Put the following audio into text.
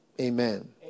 Amen